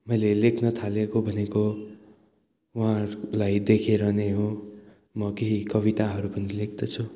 मैले लेख्नथालेको भनेको उहाँहरूलाई देखेर नै हो म केही कविताहरू पनि लेख्दछु